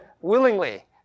willingly